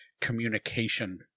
communication